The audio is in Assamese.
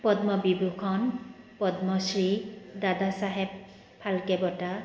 পদ্ম বিভূষন পদ্মশ্ৰী দাদাচাহেব ফাল্কে বঁটা